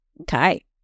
Okay